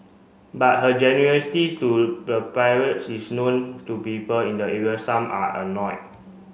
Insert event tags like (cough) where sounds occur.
but her generosity to the (unintelligible) is known to people in the area some are annoy